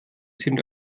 sind